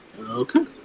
Okay